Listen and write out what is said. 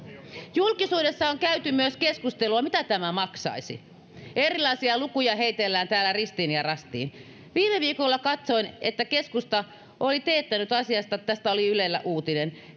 julkisuudessa on käyty myös keskustelua siitä mitä tämä maksaisi erilaisia lukuja heitellään täällä ristiin ja rastiin viime viikolla katsoin että keskusta oli teettänyt asiasta tästä oli ylellä uutinen